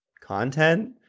content